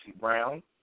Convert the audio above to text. Brown